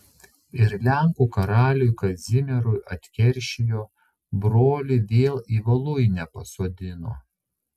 ir lenkų karaliui kazimierui atkeršijo brolį vėl į voluinę pasodino